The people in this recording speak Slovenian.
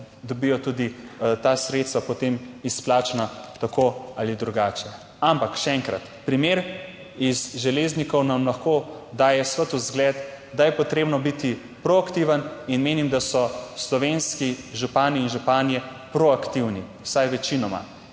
dobijo tudi ta sredstva potem iz plačana tako ali drugače. Ampak še enkrat; primer iz Železnikov nam lahko daje svetel zgled, da je potrebno biti proaktiven, in menim, da so slovenski župani in županje proaktivni vsaj večinoma